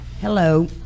Hello